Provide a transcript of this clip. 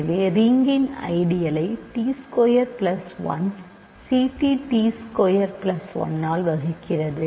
எனவே ரிங்கின் ஐடியளை t square plus 1 ct t square plus 1 ஆல் வகுக்கிறது